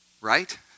Right